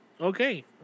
Okay